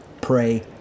pray